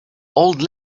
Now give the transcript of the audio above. old